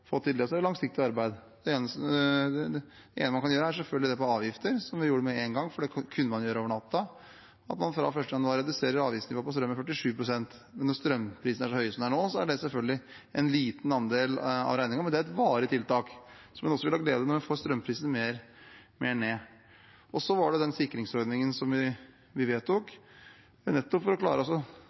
til det. Det er et langsiktig arbeid. Det ene man kan gjøre, går selvfølgelig på avgifter. Det gjorde vi med en gang, for det kunne man gjøre over natta. Fra 1. januar reduserer vi avgiftsnivået på strøm med 47 pst. Når strømprisene er så høye som de er nå, er det selvfølgelig en liten andel av regningen, men det er et varig tiltak, som man også vil ha glede av når vi får strømprisen mer ned. Så har vi også den sikringsordningen som vi vedtok, nettopp for å